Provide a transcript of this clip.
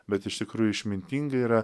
bet iš tikrųjų išmintinga yra